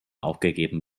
aufgegeben